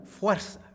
fuerza